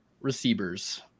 receivers